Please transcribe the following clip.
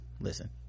listen